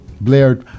Blair